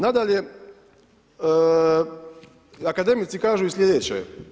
Nadalje, akademici kažu i sljedeće.